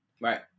right